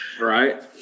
Right